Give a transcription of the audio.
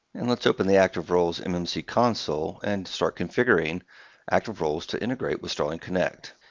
and let's open the active roles and mmc console and start configuring active roles to integrate with starling connect.